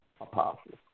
apostles